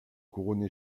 couronné